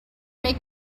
make